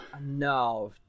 No